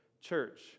church